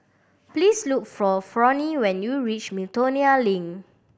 please look for Fronnie when you reach Miltonia Link